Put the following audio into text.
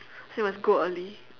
so you must go early